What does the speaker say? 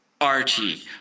Archie